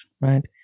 right